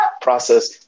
process